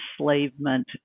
enslavement